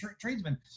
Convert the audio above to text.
tradesmen